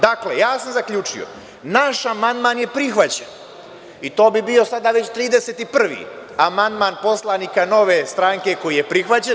Dakle, ja sam zaključio da je naš amandman prihvaćen i to bi bio sada već 31. amandmana poslanika Nove stranke, koji je prihvaćen.